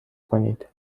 کنید